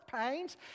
pains